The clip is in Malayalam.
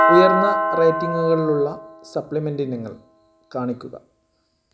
ഉയർന്ന റേറ്റിംഗുകളുള്ള സപ്ലിമെൻ്റ് ഇനങ്ങൾ കാണിക്കുക